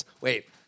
Wait